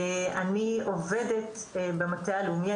אני עובדת במטה הלאומי,